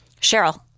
Cheryl